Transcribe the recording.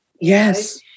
Yes